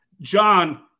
John